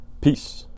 Peace